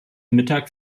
mittag